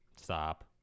Stop